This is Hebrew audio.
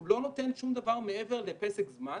הוא לא נותן שום דבר מעבר לפסק זמן